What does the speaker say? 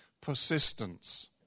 persistence